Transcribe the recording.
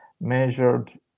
measured